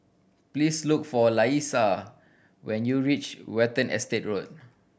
please look for Laisha when you reach Watten Estate Road